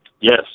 Yes